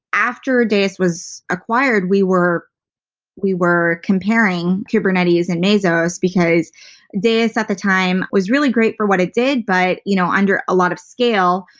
after deis was acquired, we were we were comparing kubernetes and mesos because deis at the time was really great for what it did but, you know, under a lot of scale,